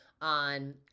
on